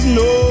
no